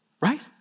Right